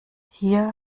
hier